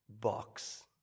box